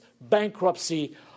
bankruptcy